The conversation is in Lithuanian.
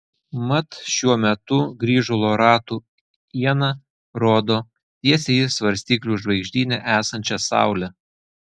mat šiuo metu grįžulo ratų iena rodo tiesiai į svarstyklių žvaigždyne esančią saulę